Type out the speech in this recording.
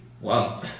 Wow